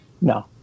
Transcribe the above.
No